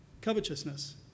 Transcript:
Covetousness